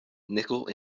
nickel